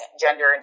gender